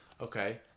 Okay